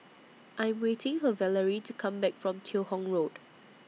I'm waiting For Valerie to Come Back from Teo Hong Road